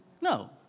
No